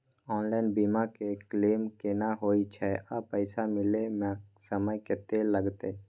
Online बीमा के claim केना होय छै आ पैसा मिले म समय केत्ते लगतै?